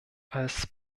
als